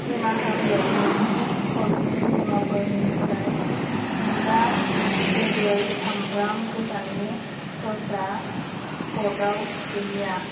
निमाहा हो नोंथांनि कार्टनि मुवाफोरनिफ्राय वीबा गोदै सामब्राम गोजानि स'सआ स्टकआव गैलिया